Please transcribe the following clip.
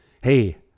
Hey